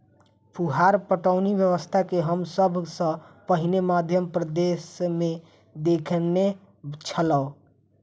फुहार पटौनी व्यवस्था के हम सभ सॅ पहिने मध्य प्रदेशमे देखने छलौं